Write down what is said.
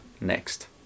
next